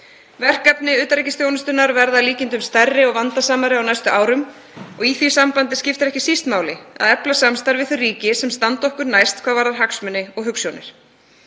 Verkefni utanríkisþjónustunnar verða að líkindum stærri og vandasamari á næstu árum. Í því sambandi skiptir ekki síst máli að efla samstarf við þau ríki sem standa okkur næst hvað varðar hagsmuni og hugsjónir.